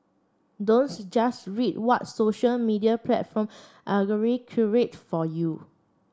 don't just read what social media platform curate for you